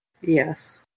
Yes